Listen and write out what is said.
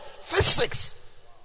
physics